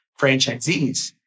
franchisees